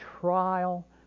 trial